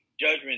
Judgment